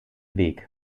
weg